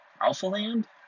AlphaLand